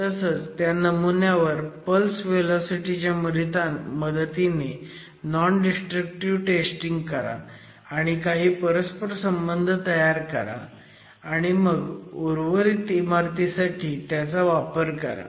तसंच त्या नमुन्यावर पल्स व्हेलॉसिटी च्या मदतीने नॉन डिस्ट्रक्टिव्ह टेस्टिंग करा आणि काही परस्परसंबंध तयार करा आणि मग उर्वरित इमारतीसाठी त्याचा वापर करा